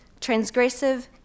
transgressive